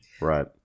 Right